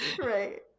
right